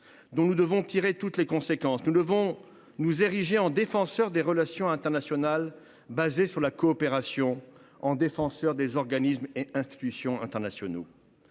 dont nous devons tirer toutes les conséquences. Il nous faut nous ériger en défenseurs de relations internationales fondées sur la coopération, en défenseurs des organismes et des institutions internationaux.